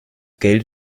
geld